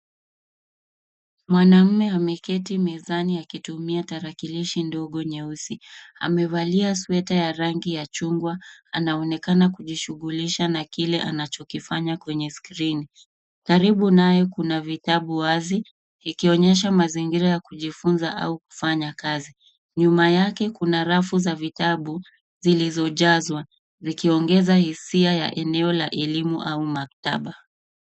Mwanamume ameketi mezani akitmia tarakilishi ndogo nyeusi. Amevalia sweta ya rangi ya chungwa. Anaonekana kujishughulisha na kile anachokifanya kwenye skrini. Karibu naye kuna vitabu wazi ikionyesha mazingira ya kujifunza au kufanya kazi. Nyuma yake kuna rafu za vitabu zilizojazwa zikiongeza hisia ya eneo la elimu au maktaba.